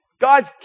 God's